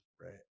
Right